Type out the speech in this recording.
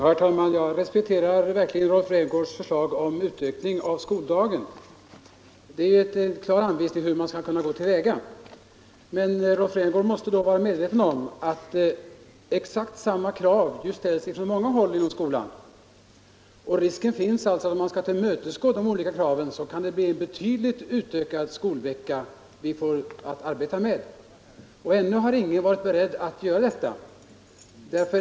Herr talman! Jag respekterar herr Rämgårds förslag om en utökning av skoldagen. Det är ju en klar anvisning på hur man skulle kunna gå till väga i detta fall. Men då måste herr Rämgård vara medveten om att exakt samma krav reses från många håll inom skolan, och om man försöker tillmötesgå alla de kraven finns det risk för att vi får en betydligt utökad skolvecka att arbeta med. Men ännu har ingen varit beredd att öka ut skolveckan.